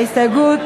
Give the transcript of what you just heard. ההסתייגויות